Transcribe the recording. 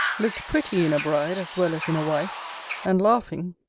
looked pretty in a bride as well as in a wife and, laughing,